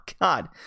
god